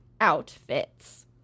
outfits